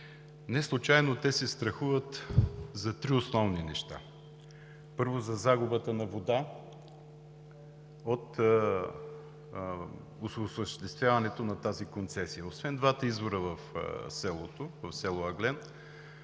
Неслучайно те се страхуват за три основни неща. Първо, за загубата на вода от осъществяването на концесията. Освен двата извора в село Ъглен,